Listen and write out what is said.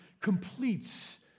completes